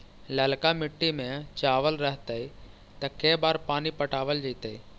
ललका मिट्टी में चावल रहतै त के बार पानी पटावल जेतै?